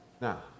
Now